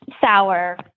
sour